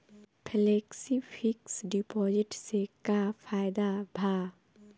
Flexi fix deposit से का फायदा भा?